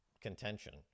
contention